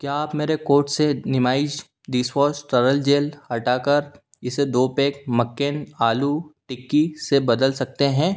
क्या आप मेरे कार्ट से निमइजी डिशवॉश तरल जेल हटाकर इसे दो पैक मक्केन आलू टिक्की से बदल सकते हैं